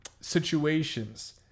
situations